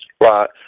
Right